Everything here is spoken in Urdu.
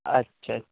اچھا اچھا